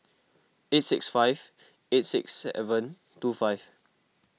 eight six five eight six seven two five